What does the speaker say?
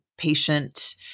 patient